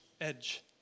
edge